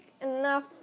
Enough